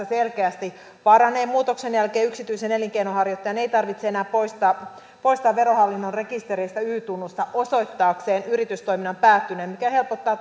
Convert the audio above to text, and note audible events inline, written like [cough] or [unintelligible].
[unintelligible] selkeästi paranee muutoksen jälkeen yksityisen elinkeinonharjoittajan ei tarvitse enää poistaa poistaa verohallinnon rekistereistä y tunnusta osoittaakseen yritystoiminnan päättyneen mikä helpottaa [unintelligible]